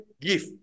give